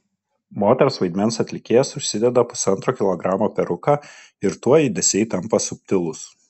moters vaidmens atlikėjas užsideda pusantro kilogramo peruką ir tuoj judesiai tampa subtilūs